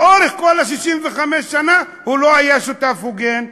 לאורך כל 65 השנים הוא לא היה שותף הוגן.